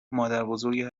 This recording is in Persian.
مادربزرگ